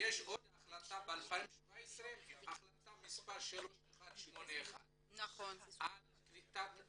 החלטה מס' 2446 שמדברת על צרפת,